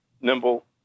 nimble